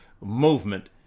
movement